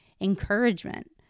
encouragement